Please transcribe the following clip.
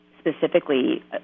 specifically